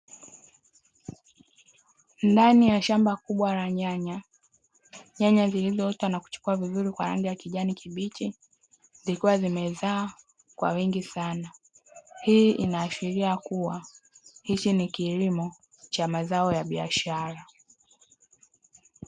Ndani ya shamba kubwa la nyanya nyanya zilizota na kuchukua vizuri kwa rangi ya kijani kibichi zilikuwa zimezaa kwa wingi sana, hii inaashiria kuwa hichi ni kilimo cha mazao ya biashara.